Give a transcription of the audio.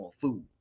food